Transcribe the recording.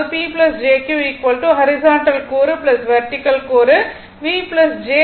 அதாவது P jQ horizontal கூறு vertical கூறு V jV i j I '